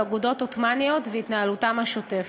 אגודות עות'מאניות ועל התנהלותן השוטפת.